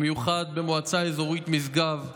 במיוחד במועצה האזורית משגב.